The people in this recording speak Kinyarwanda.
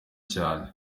cyane